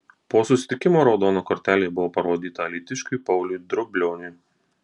po susitikimo raudona kortelė buvo parodyta alytiškiui pauliui drublioniui